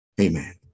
Amen